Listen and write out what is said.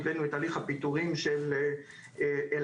ליווינו את תהליך הפיטורים של אל-על,